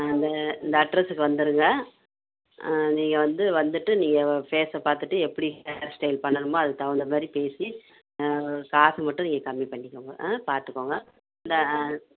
ஆ இந்த இந்த அட்ரஸ்ஸுக்கு வந்துடுங்க நீங்கள் வந்து வந்துட்டு நீங்கள் ஃபேஸை பார்த்துட்டு எப்படி ஹேர் ஸ்டைல் பண்ணணுமோ அதுக்கு தகுந்தமாரி பேசி காசு மட்டும் நீங்கள் கம்மி பண்ணிக்கோங்க ஆ பார்த்துக்கோங்க இந்த